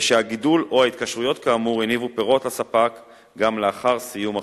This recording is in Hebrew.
ושהגידול או ההתקשרויות כאמור הניבו פירות לספק גם לאחר סיום החוזה.